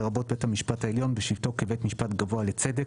לרבות בית המשפט העליון בשבתו בבית משפט גבוה לצדק,